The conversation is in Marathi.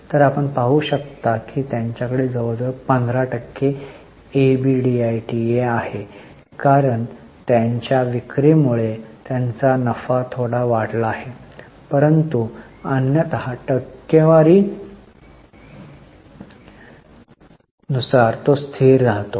तर आपण पाहू शकता की त्यांच्याकडे जवळजवळ 15 टक्के इबीआयडीटीए आहे कारण त्यांच्या विक्री मुळे त्यांचा नफा थोडा वाढला आहे परंतु अन्यथा टक्केवारी नुसार तो स्थिर राहतो